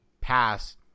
pass